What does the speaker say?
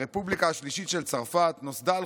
הרפובליקה השלישית של צרפת נוסדה על